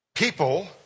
People